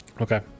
Okay